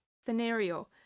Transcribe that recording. scenario